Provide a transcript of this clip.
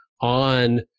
on